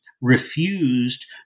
refused